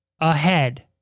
ahead